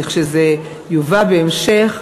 כשזה יובא בהמשך,